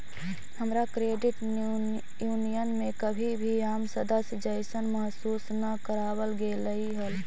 हमरा credit union में कभी भी आम सदस्य जइसन महसूस न कराबल गेलई हल